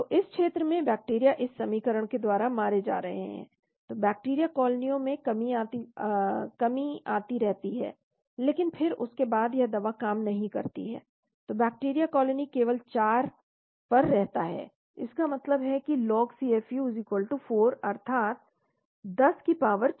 तो इस क्षेत्र में बैक्टीरिया इस समीकरण के द्वारा मारे जा रहे हैं तो बैक्टीरिया कॉलोनियों में कमी आती रहती है लेकिन फिर उसके बाद यह दवा काम नहीं करती है तो बैक्टीरिया कॉलोनी केवल 4 पर रहता है इसका मतलब है कि log CFU4 अर्थात 10 की पावर 4